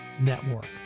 Network